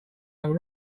over